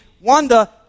Wanda